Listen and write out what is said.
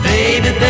Baby